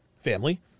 family